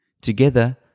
Together